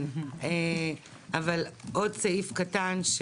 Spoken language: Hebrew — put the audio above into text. כן, אבל עוד סעיף קטן.